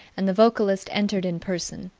and the vocalist entered in person,